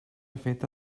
feta